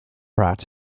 rat